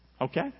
Okay